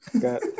Got